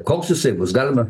koks jisai bus galima